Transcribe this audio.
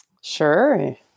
Sure